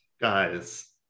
guys